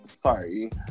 sorry